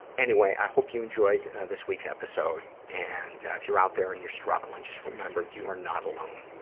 anyway, i hope you enjoyed, ah, this week's episode. and if you're out there and you're struggling, just remember you are not alone.